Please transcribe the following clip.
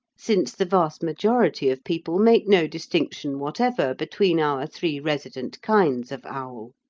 since the vast majority of people make no distinction whatever between our three resident kinds of owl,